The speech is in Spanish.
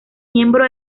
miembro